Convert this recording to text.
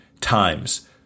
times